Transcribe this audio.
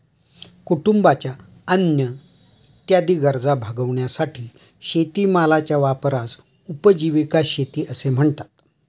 कुटुंबाच्या अन्न इत्यादी गरजा भागविण्यासाठी शेतीमालाच्या वापरास उपजीविका शेती असे म्हणतात